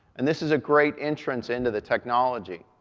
and this is a great entrance into the technology.